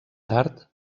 tard